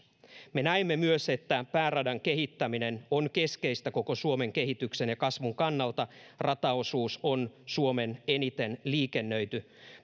me näemme myös että pääradan kehittäminen on keskeistä koko suomen kehityksen ja kasvun kannalta rataosuus on suomen eniten liikennöity